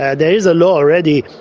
yeah there is a law already,